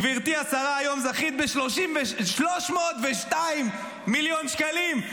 גברתי השרה, היום זכית ב-302 מיליון שקלים.